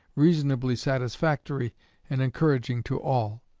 reasonably satisfactory and encouraging to all.